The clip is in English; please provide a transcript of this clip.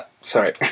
sorry